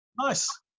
Nice